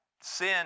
sin